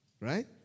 Right